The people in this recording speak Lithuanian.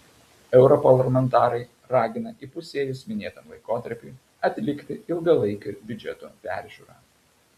europarlamentarai ragina įpusėjus minėtam laikotarpiui atlikti ilgalaikio biudžeto peržiūrą